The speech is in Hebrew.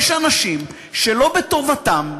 יש אנשים, שלא בטובתם,